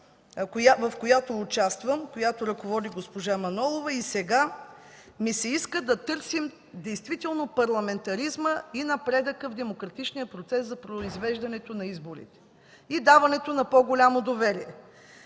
в която участвам, която ръководи госпожа Манолова, и сега ми се иска да търсим действително парламентаризма и напредъка в демократичния процес за произвеждането на избори и даването на по-голямо доверие.